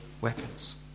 weapons